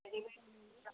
readymade